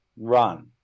run